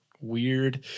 weird